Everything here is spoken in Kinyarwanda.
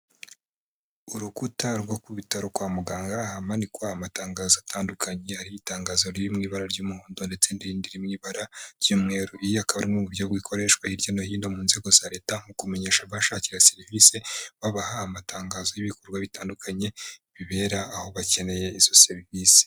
Urukuta rwo ku bitaro kwa muganga ahamanikwa amatangazo atandukanye, hariho itangazo riri mu ibara ry'umuhondo ndetse n'irindi riri mu ibara ry'umweru. Ibi akaba ari mu buryo bukoreshwa hirya no hino mu nzego za Leta, mu kumenyesha abahashakira serivisi, babaha amatangazo y'ibikorwa bitandukanye bibera aho bakeneye izo serivisi.